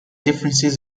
differences